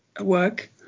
work